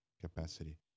capacity